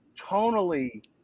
tonally